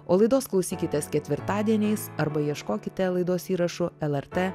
o laidos klausykitės ketvirtadieniais arba ieškokite laidos įrašų lrt